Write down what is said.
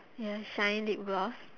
ya shine lip gloss